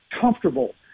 comfortable